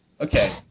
Okay